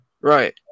Right